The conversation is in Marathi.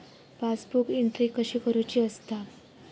पासबुक एंट्री कशी करुची असता?